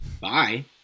bye